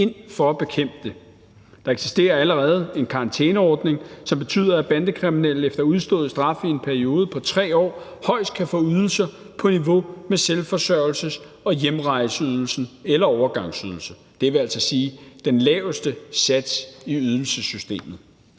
ind for at bekæmpe det. Der eksisterer allerede en karantæneordning, som betyder, at bandekriminelle efter udstået straf i en periode på 3 år højst kan få ydelser på niveau med selvforsørgelses- og hjemrejseydelsen eller overgangsydelse. Det vil altså sige: den laveste sats i ydelsessystemet.